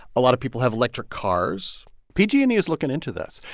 a lot of people have electric cars pg and e is looking into this.